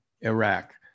Iraq